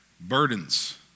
burdens